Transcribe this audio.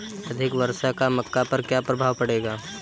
अधिक वर्षा का मक्का पर क्या प्रभाव पड़ेगा?